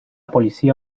policía